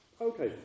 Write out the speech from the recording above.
Okay